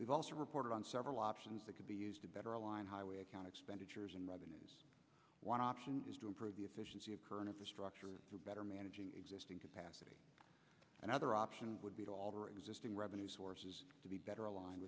we've also reported on several options that could be used to better align highway account expenditures and revenues one option is to improve the efficiency of current infrastructure for better managing existing capacity another option would be to alter existing revenue sources to be better aligned